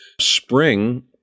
spring